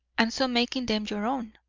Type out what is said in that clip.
and so making them your own,